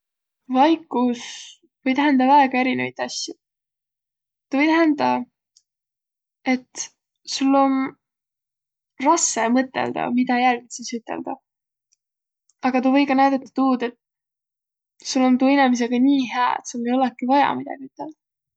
Vaikus või tähendäq väega erinevit asjo. Tuu või tähendäq, et sul om rassõ mõtõldaq, midä järgmidses üteldäq. Aga tuu või ka näüdätäq ka tuud, et sul om tuu inemisegaq nii hää, et sul ei olõkiq vaja midägi üteldäq.